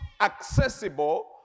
accessible